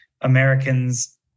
Americans